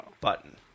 Button